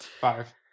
Five